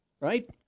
right